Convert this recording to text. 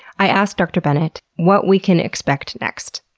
i asked dr. bennett what we can expect next.